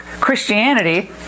Christianity